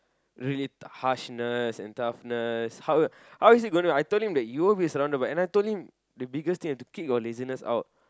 really harshness and toughness how how is it gonna I told him you'll be surrounded and I told him the biggest thing you've to kick your laziness out